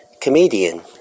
comedian